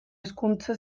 hezkuntza